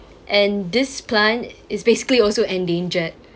and this plant is basically also endangered